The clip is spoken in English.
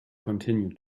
continued